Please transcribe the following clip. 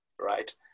right